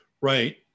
right